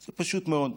זה פשוט מאוד.